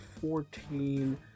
fourteen